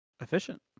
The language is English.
Efficient